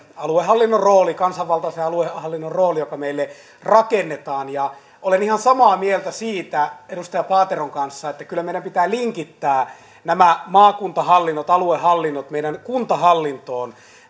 aluehallinnon rooli kansanvaltaisen aluehallinnon rooli joka meille rakennetaan olen ihan samaa mieltä siitä edustaja paateron kanssa että kyllä meidän pitää linkittää nämä maakuntahallinnot aluehallinnot meidän kuntahallintoon